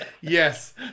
Yes